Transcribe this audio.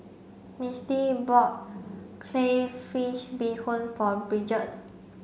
Misti bought Crayfish Beehoon for Bridger